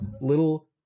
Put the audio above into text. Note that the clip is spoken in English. little